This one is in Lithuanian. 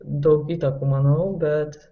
daug įtakų manau bet